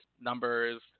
numbers